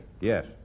Yes